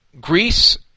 Greece